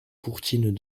courtine